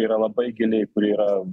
yra labai giliai kuri yra